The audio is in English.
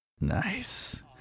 Nice